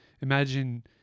imagine